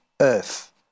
earth